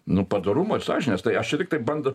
nu padorumo ir sąžinės tai aš čia tiktai bando